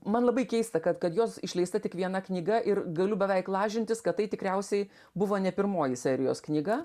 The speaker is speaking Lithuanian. man labai keista kad kad jos išleista tik viena knyga ir galiu beveik lažintis kad tai tikriausiai buvo ne pirmoji serijos knyga